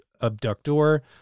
abductor